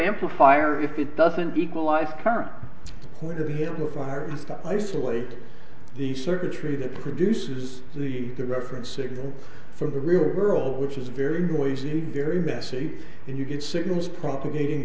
amplifier if it doesn't equalize current with him osiris isolate the circuitry that produces the the reference signal from the real world which is very noisy very messy and you get signals propagating